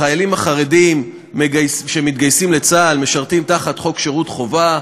החיילים החרדים שמתגייסים לצה"ל משרתים תחת חוק שירות חובה,